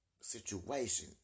Situation